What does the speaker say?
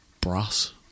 brass